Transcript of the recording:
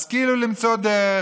השכילו למצוא דרך,